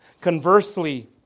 Conversely